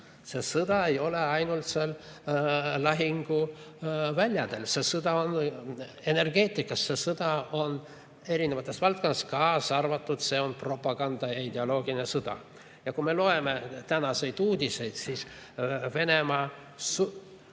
See sõda ei ole ainult seal lahinguväljadel, see sõda on energeetikas, see sõda on erinevates valdkondades, kaasa arvatud see on propaganda- ja ideoloogiline sõda. Ja kui me loeme tänaseid uudiseid, siis Venemaa